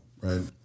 right